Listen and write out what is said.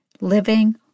living